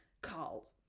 Carl